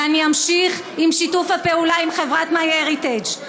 ואני אמשיך בשיתוף הפעולה עם חברת myheritage.